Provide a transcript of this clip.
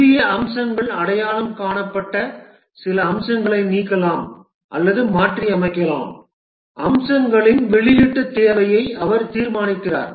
புதிய அம்சங்கள் அடையாளம் காணப்பட்ட சில அம்சங்களை நீக்கலாம் அல்லது மாற்றியமைக்கலாம் அம்சங்களின் வெளியீட்டு தேதியை அவர் தீர்மானிக்கிறார்